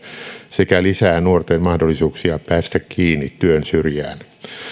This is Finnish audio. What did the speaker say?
sekä lisää nuorten mahdollisuuksia päästä kiinni työn syrjään